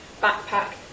backpack